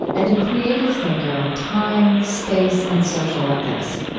and a creative thinker on time, space, and social ethics.